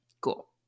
Cool